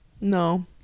No